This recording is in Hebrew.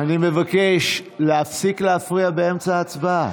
אני מבקש להפסיק להפריע באמצע הצבעה.